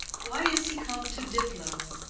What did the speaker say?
why is he come to diplow?